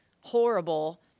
horrible